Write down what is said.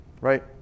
right